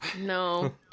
No